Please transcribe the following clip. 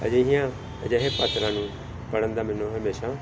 ਅਜਿਹੀਆਂ ਅਜਿਹੇ ਪਾਤਰਾਂ ਨੂੰ ਪੜ੍ਹਨ ਦਾ ਮੈਨੂੰ ਹਮੇਸ਼ਾ